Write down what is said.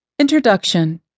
Introduction